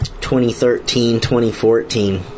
2013-2014